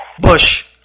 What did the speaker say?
Bush